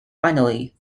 finally